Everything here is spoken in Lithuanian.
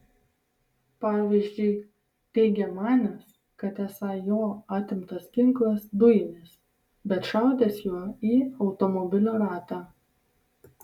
pavyzdžiui teigia manęs kad esą jo atimtas ginklas dujinis bet šaudęs juo į automobilio ratą